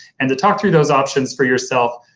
and to talk through those options for yourself,